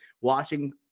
watching